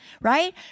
right